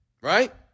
right